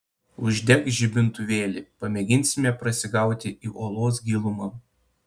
uždek žibintuvėlį pamėginsime prasigauti į olos gilumą